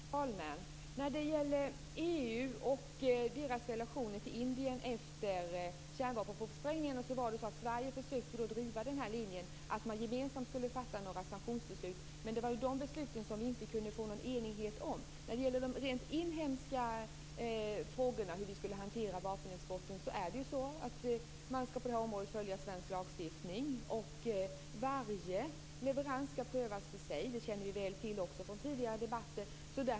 Fru talman! När det gäller EU:s relation till Indien efter kärnvapenprovsprängningarna var det så, att Sverige försökte driva linjen att man gemensamt skulle fatta sanktionsbeslut. Det var de besluten som vi inte kunde få någon enighet om. När det gäller hur vi skulle hantera de inhemska frågorna om vapenexporten kan jag säga att man skall följa svensk lagstiftning. Varje leverans skall prövas för sig. Det känner vi väl till också från tidigare debatter.